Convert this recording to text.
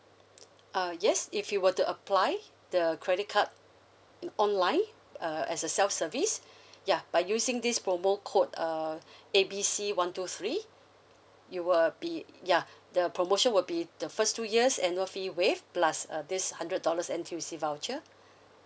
uh yes if you were to apply the credit card online uh as a self-service ya by using this promo code uh A B C one two three you will be ya the promotion will be the first two years annual fee waive plus uh this hundred dollars N_T_U_C voucher